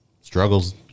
struggles